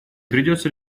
придётся